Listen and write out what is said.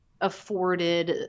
afforded